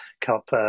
cup